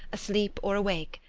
asleep or awake,